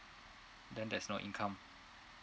then there's no income